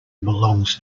belongs